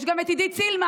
יש גם את עידית סילמן.